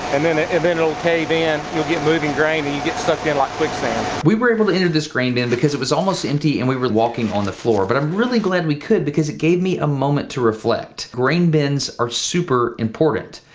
and then it'll cave in, you'll get moving grain, and you get sucked in like quicksand. we were able to enter this grain bin because it was almost empty, and we were walking on the floor. but i'm really glad we could because it gave me a moment to reflect. grain bins are super important.